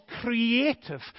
creative